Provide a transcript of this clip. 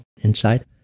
inside